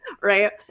Right